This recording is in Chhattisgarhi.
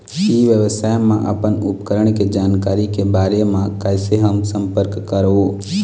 ई व्यवसाय मा अपन उपकरण के जानकारी के बारे मा कैसे हम संपर्क करवो?